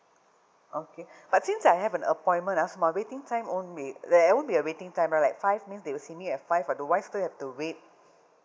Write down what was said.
okay but since I have an appointment ah so my waiting time won't be there won't be a waiting time like five means they will see me at five but why still I have to wait